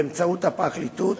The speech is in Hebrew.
באמצעות הפרקליטות,